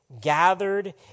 gathered